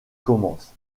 commence